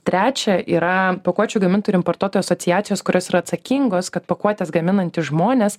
trečia yra pakuočių gamintojų ir importuotojų asociacijos kurios yra atsakingos kad pakuotes gaminantys žmonės